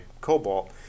Cobalt